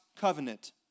covenant